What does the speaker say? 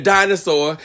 Dinosaur